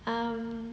um